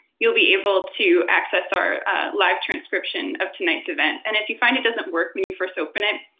you'll be able to access our live transcription of tonight's event and if you find it doesn't work when you first open it,